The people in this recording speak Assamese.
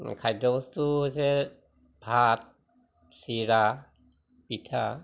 খাদ্যবস্তু হৈছে ভাত চিৰা পিঠা